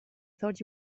thought